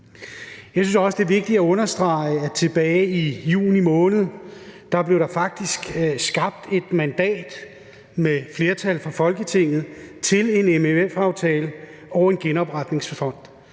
Jeg synes også, det er vigtigt at understrege, at tilbage i juni måned blev der faktisk skabt et mandat med et flertal fra Folketinget til en MFF-aftale og en genopretningsfond,